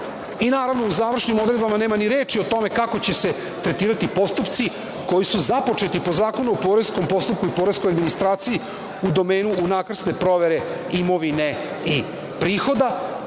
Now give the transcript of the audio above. i naravno, u završnim odredbama nema ni reči o tome kako će se tretirati postupci koji su započeti po Zakonu o poreskom postupku i poreskoj administraciji u domenu unakrsne provere imovine i prihoda,